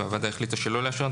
והוועדה החליטה שלא לאשרן,